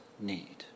need